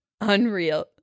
Unreal